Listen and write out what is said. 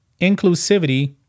inclusivity